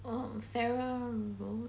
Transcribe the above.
home farrer road